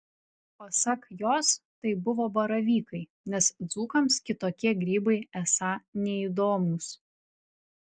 pasak jos tai buvo baravykai nes dzūkams kitokie grybai esą neįdomūs